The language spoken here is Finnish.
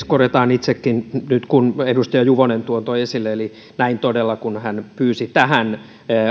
korjataan itsekin nyt kun edustaja juvonen tuon toi esille näin todella eli kun hän pyysi tähän